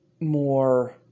more